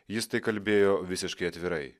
jis tai kalbėjo visiškai atvirai